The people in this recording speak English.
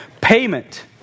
payment